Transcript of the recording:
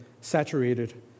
saturated